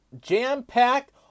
jam-packed